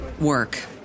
work